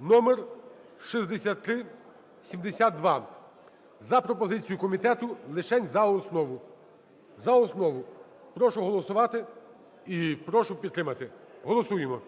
(№ 6372) за пропозицією комітету лишень за основу. За основу. Прошу голосувати і прошу підтримати. Голосуємо.